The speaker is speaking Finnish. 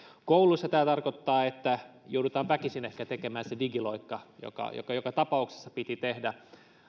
kouluissa tämä tarkoittaa että joudutaan väkisin ehkä tekemään se digiloikka joka tapauksessa tehdä